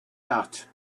that